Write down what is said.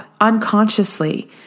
unconsciously